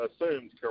assumed